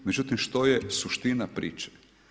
Međutim, što je suština priče?